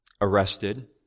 Arrested